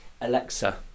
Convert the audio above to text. alexa